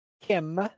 Kim